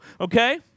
Okay